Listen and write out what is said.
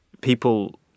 people